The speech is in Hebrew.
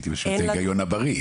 הייתי מאשים את ההיגיון הבריא.